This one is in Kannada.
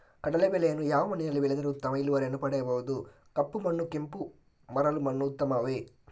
ಕಡಲೇ ಬೆಳೆಯನ್ನು ಯಾವ ಮಣ್ಣಿನಲ್ಲಿ ಬೆಳೆದರೆ ಉತ್ತಮ ಇಳುವರಿಯನ್ನು ಪಡೆಯಬಹುದು? ಕಪ್ಪು ಮಣ್ಣು ಕೆಂಪು ಮರಳು ಮಣ್ಣು ಉತ್ತಮವೇ?